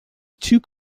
two